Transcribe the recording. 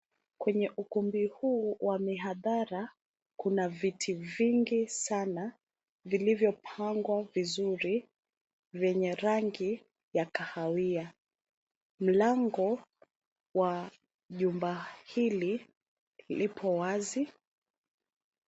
Kwenye ukumbi huu wa mihadhara kuna viti vingi sana vilivyopangwa vizuri vyenye rangi ya kahawia. Mlango wa jumba hili lipo wazi.